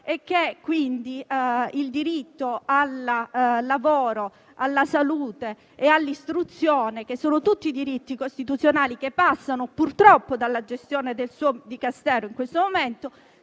e che quindi il diritto al lavoro, alla salute e all'istruzione - tutti diritti costituzionali, che passano purtroppo dalla gestione del suo Dicastero - in questo momento